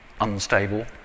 unstable